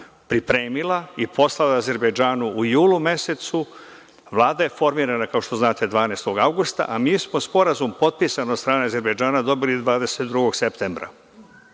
pripremila i poslala Azerbejdžanu u julu mesecu. Vlada je formirana, kao što znate, 12. avgusta, a mi smo Sporazum potpisan od strane Azerbejdžana dobili 22. septembra.